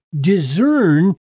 discern